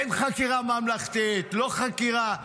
כן חקירה ממלכתית, לא חקירה.